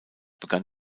begann